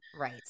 right